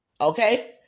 Okay